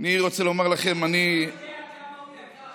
אתה לא יודע כמה הוא יקר.